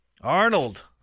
Arnold